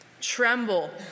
Tremble